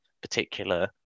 particular